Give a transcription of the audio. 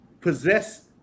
possess